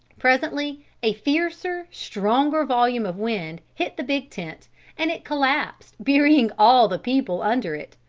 presently a fiercer, stronger volume of wind hit the big tent and it collapsed burying all the people under it,